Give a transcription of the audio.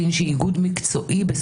אבל צריך לשים את הדברים על